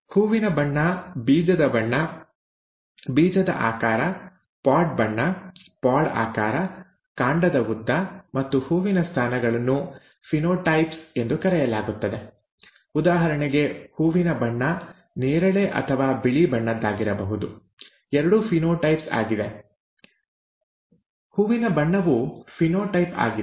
ಹೂವಿನ ಬಣ್ಣ ಬೀಜದ ಬಣ್ಣ ಬೀಜದ ಆಕಾರ ಪಾಡ್ ಬಣ್ಣ ಪಾಡ್ ಆಕಾರ ಕಾಂಡದ ಉದ್ದ ಮತ್ತು ಹೂವಿನ ಸ್ಥಾನಗಳನ್ನು ʼಫಿನೋಟೈಪ್ಸ್ ʼ ಎಂದು ಕರೆಯಲಾಗುತ್ತದೆ ಉದಾಹರಣೆಗೆ ಹೂವಿನ ಬಣ್ಣ ನೇರಳೆ ಅಥವಾ ಬಿಳಿ ಬಣ್ಣದ್ದಾಗಿರಬಹುದು ಎರಡೂ ಫಿನೋಟೈಪ್ಸ್ ಆಗಿದೆ ಹೂವಿನ ಬಣ್ಣವು ಫಿನೋಟೈಪ್ ಆಗಿದೆ